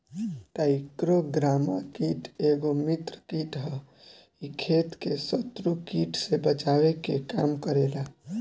trichogramma कीट एगो मित्र कीट ह इ खेत के शत्रु कीट से बचावे के काम करेला